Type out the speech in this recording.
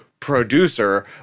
Producer